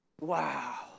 Wow